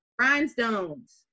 Rhinestones